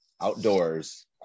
outdoors